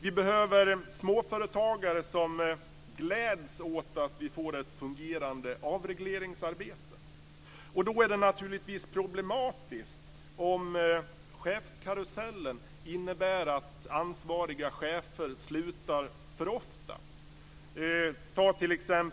Vi behöver småföretagare som gläds åt att vi får ett fungerande avregleringsarbete. Då är det naturligtvis problematiskt om chefskarusellen innebär att ansvariga chefer slutar för ofta. Vi kan